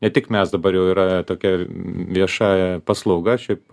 ne tik mes dabar jau yra tokia vieša paslauga šiaip